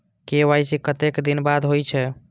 KYC कतेक दिन बाद होई छै?